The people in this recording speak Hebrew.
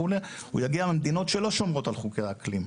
יגיע ממדינות שלא שומרות על חוקי האקלים.